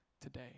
today